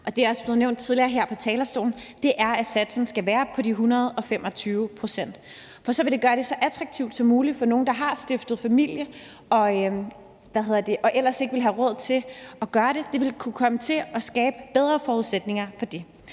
det er også blevet nævnt tidligere her på talerstolen – er, at satsen skal være på de 125 pct. for at gøre det så attraktivt som muligt for dem, der har stiftet familie, som ellers ikke ville have råd til at gøre det. Vi vil kunne skabe bedre forudsætninger for det.